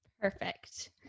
Perfect